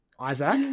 Isaac